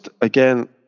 Again